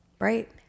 Right